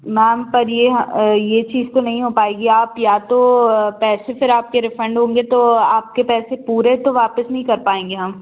ma'am पर यह ह ये चीज़ तो नहीं हो पाएगी आप या तो पैसे फिर आपके रिफ़ंड होंगे तो आपके पैसे पूरे तो वापस नहीं कर पाएँगे हम